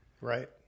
right